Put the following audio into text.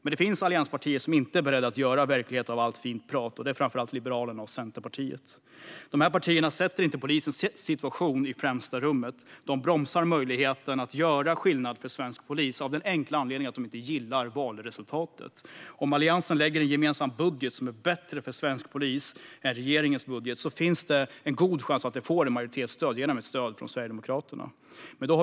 Det finns dock allianspartier som inte är beredda att göra verklighet av allt fint prat, och det är framför allt Liberalerna och Centerpartiet. Dessa partier sätter inte polisens situation i främsta rummet. De bromsar i stället möjligheten att göra skillnad för svensk polis, av den enkla anledningen att de inte gillar valresultatet. Om Alliansen lägger fram en gemensam budget som är bättre för svensk polis än regeringens budget finns det en god chans att den får majoritetsstöd genom stöd från Sverigedemokraterna.